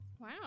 Wow